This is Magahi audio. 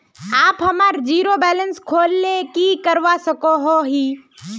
आप हमार जीरो बैलेंस खोल ले की करवा सके है?